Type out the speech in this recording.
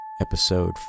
episode